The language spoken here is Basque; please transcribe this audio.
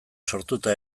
sortuta